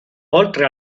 oltre